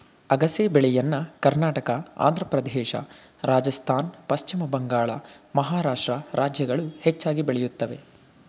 ಅಗಸೆ ಬೆಳೆಯನ್ನ ಕರ್ನಾಟಕ, ಆಂಧ್ರಪ್ರದೇಶ, ರಾಜಸ್ಥಾನ್, ಪಶ್ಚಿಮ ಬಂಗಾಳ, ಮಹಾರಾಷ್ಟ್ರ ರಾಜ್ಯಗಳು ಹೆಚ್ಚಾಗಿ ಬೆಳೆಯುತ್ತವೆ